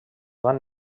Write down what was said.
van